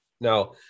Now